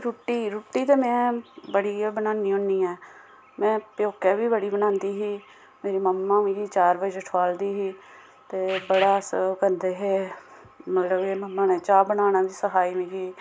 रुट्टी रुट्टी ते मैं बड़ी गै बनान्नी होन्नी आं प्यौकै बी बड़ी बनांदी ही ते मम्मा मि चार बजे ठोआलदी ही ते बड़ा अस करदे हे माराज मेरी मम्मा नै चाह् बनाना बी सखाई मिगी